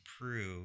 prove